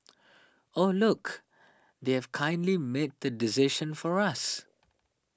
oh look they've kindly made the decision for us